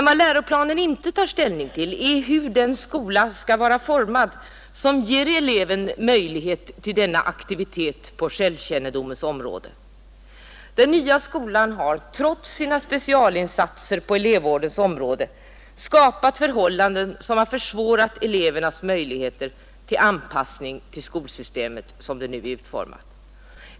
Vad läroplanen inte tar ställning till är hur den skola skall vara formad som ger eleven möjlighet till denna aktivitet på självkännedomens område. Den nya skolan har trots sina specialinsatser på elevvårdens område skapat förhållanden som har försvårat elevernas möjligheter till anpassning till skolsystemet, som det nu är utformat.